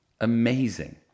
amazing